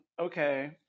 Okay